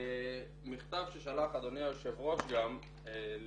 במכתב ששלח אדוני היושב ראש למנכ"ל